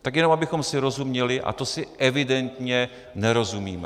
Tak jenom abychom si rozuměli, a to si evidentně nerozumíme.